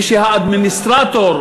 ושהאדמיניסטרטור,